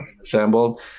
assembled